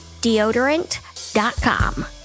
Deodorant.com